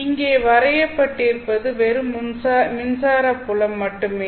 இங்கே வரையப்பட்டிருப்பது வெறும் மின்சார புலம் மட்டுமே